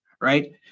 right